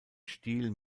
stil